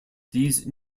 these